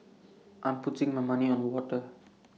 I'm putting my money on water